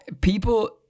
people